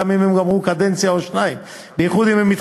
גם אם הם גמרו קדנציה או שתיים.